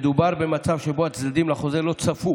מדובר במצב שבו הצדדים לחוזה לא צפו